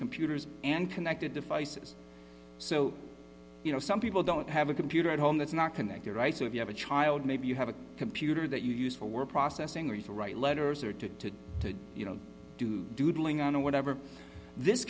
computers and connected devices so you know some people don't have a computer at home that's not connected right so if you have a child maybe you have a computer that you use for processing or even write letters or to to you know doodling on or whatever this